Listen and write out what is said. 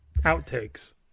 outtakes